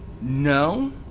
No